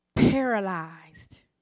paralyzed